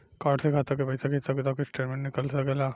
Card से खाता के पइसा के हिसाब किताब के स्टेटमेंट निकल सकेलऽ?